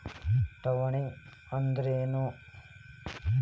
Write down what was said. ಠೇವಣಿ ಅಂದ್ರೇನು?